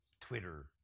Twitter